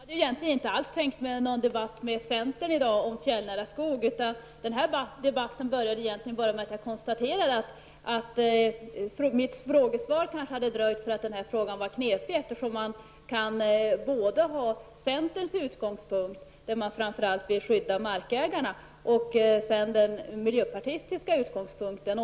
Herr talman! Jag hade egentligen inte tänkt föra någon debatt i dag med centern om fjällnära skog, utan den här debatten började med att jag konstaterade att mitt frågesvar kanske hade dröjt därför att frågan är knepig. Man kan både ha centerns utgångspunkt, där man framför allt vill skydda markägarna, och den miljöpartistiska utgångspunkten.